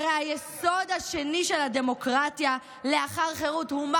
הרי היסוד השני של הדמוקרטיה לאחר חירות הוא,